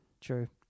True